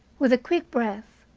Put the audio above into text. with a quick breath,